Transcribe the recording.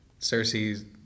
Cersei